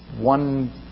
one